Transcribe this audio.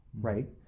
Right